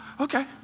Okay